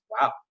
wow